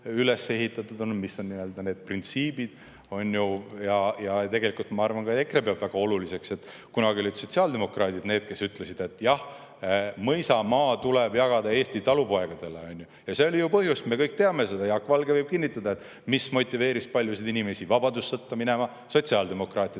üles ehitatud, need printsiibid, on ju, mida tegelikult, ma arvan, ka EKRE peab väga oluliseks. Kunagi olid sotsiaaldemokraadid need, kes ütlesid: "Jah, mõisamaa tuleb jagada Eesti talupoegadele." See oli ju põhjus – me kõik teame seda, Jaak Valge võib kinnitada –, mis motiveeris paljusid inimesi vabadussõtta minema. Sotsiaaldemokraatide